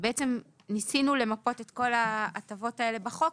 בעצם ניסינו למפות את כל ההטבות האלה בחוק,